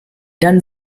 dann